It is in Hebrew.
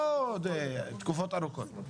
לא בתקופות ארוכות.